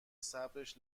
صبرش